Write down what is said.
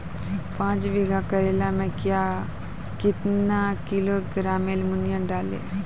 पाँच बीघा करेला मे क्या किलोग्राम एलमुनियम डालें?